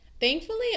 thankfully